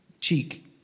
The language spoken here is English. cheek